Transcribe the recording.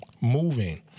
moving